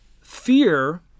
fear